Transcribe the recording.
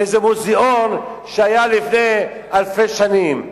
לאיזה מוזיאון למה שהיה לפני אלפי שנים.